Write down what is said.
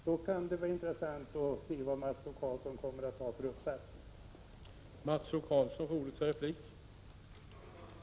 Då kan det bli intressant att se vad Mats O Karlsson kommer att ha för uppfattning,